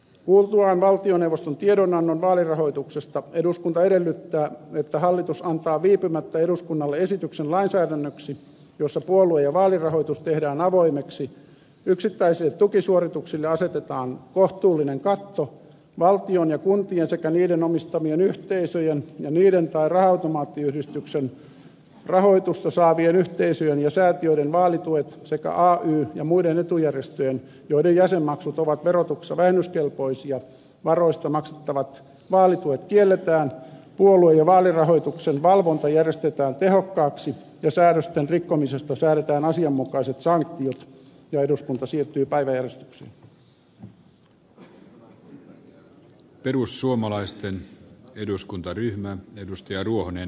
kuultuaan valtioneuvoston tiedonannon vaalirahoituksesta eduskunta edellyttää että hallitus antaa viipymättä eduskunnalle esityksen lainsäädännöksi jossa puolue ja vaalirahoitus tehdään avoimeksi yksittäisille tukisuorituksille asetetaan kohtuullinen katto valtion ja kuntien sekä niiden omistamien yhteisöjen ja niiden tai raha automaattiyhdistyksen rahoitusta saavien yhteisöjen ja säätiöiden vaalituet sekä ay ja muiden etujärjestöjen joiden jäsenmaksut ovat verotuksessa vähennyskelpoisia varoista maksettavat vaalituet kielletään puolue ja vaalirahoituksen valvonta järjestetään tehokkaaksi ja säädösten rikkomisesta säädetään asianmukaiset sanktiot ja siirtyy päiväjärjestykseen